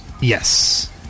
yes